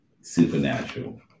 supernatural